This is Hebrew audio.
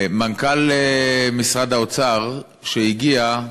מנכ"ל משרד האוצר, שהגיע,